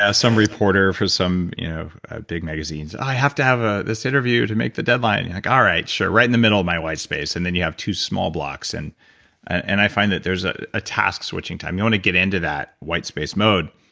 yeah some reporter for some big magazines. i have to have ah this interview to make the deadline. i'm and like, all right, sure. right in the middle of my white space and then you have two small blocks. and and i find that there's a ah task switching time. you want to get into that white space mode.